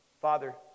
Father